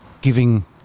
giving